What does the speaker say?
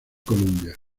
columbia